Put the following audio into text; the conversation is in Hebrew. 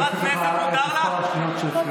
נוסיף לך את מספר השניות שהפריעו לך.